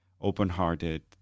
open-hearted